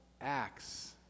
acts